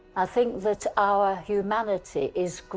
i think that our humanity is,